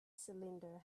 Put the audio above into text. cylinder